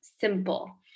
simple